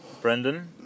Brendan